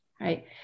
right